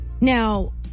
Now